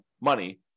money